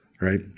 right